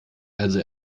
also